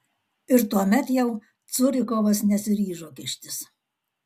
ir tuomet jau curikovas nesiryžo kištis